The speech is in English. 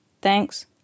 Thanks